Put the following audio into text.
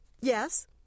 Yes